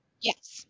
yes